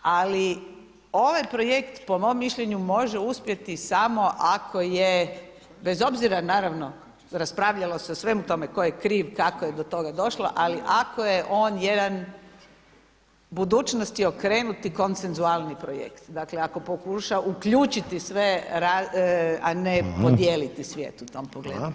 Ali ovaj projekt po mom mišljenju može uspjeti samo ako je bez obzira naravno raspravljalo se o svemu tome tko je kriv, kako je do toga došlo, ali ako je on jedan budućnosti okrenuti konsensualni projekt, dakle ako pokuša uključiti sve, a ne podijeliti svijet u tom pogledu.